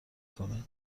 کنه